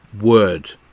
word